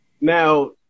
Now